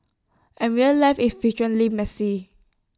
and real life is frequently messy